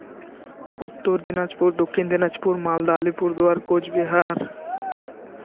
Uttar Dinajpur Dakshin Dinajpur Malda Alipurduar Cooch Behar